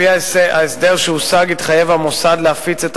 על-פי ההסדר שהושג התחייב המוסד להפיץ את